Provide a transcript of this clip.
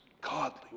godly